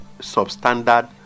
substandard